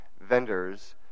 vendors